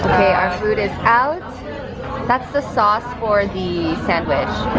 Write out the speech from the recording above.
our food is out that's the sauce for the sandwich